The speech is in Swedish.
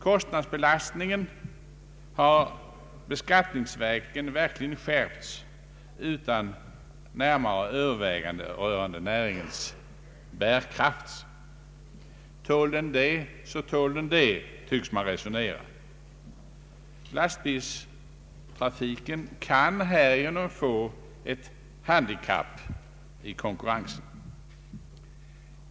Kostnadsbelastningen beskattningsvägen har successivt skärpts utan närmare Överväganden rörande näringens bärkraft. Tål den det så tål den det, tycks man resonera. Lastbilstrafiken kan härigenom få ett handikapp i konkurrensen med andra trafikmedel.